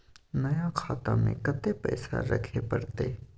नया खाता में कत्ते पैसा रखे परतै?